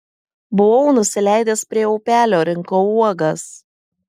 buvau nusileidęs prie upelio rinkau uogas